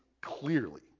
Clearly